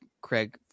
Craig